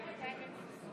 מה התוצאה של ההצבעה?